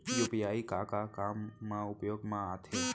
UPI का का काम मा उपयोग मा आथे?